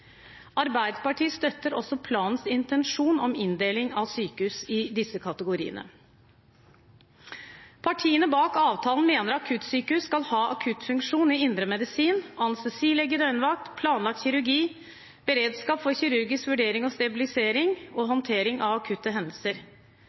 Arbeiderpartiet støtter også planens intensjon om inndeling av sykehus i disse kategoriene. Partiene bak avtalen mener at akuttsykehus skal ha akuttfunksjon i indremedisin, anestesilege i døgnvakt, planlagt kirurgi, beredskap for kirurgisk vurdering og stabilisering og